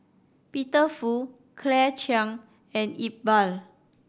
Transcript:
Peter Fu Claire Chiang and Iqbal